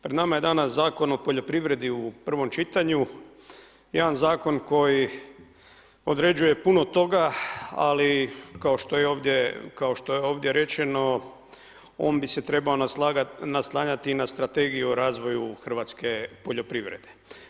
Pred nama je danas Zakon o poljoprivredi u prvom čitanju, jedan zakon koji određuje puno toga, ali kao što je ovdje rečeno on bi se trebao naslanjati na Strategiju o razvoju hrvatske poljoprivrede.